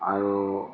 আৰু